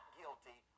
guilty